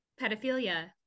pedophilia